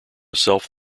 self